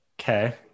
Okay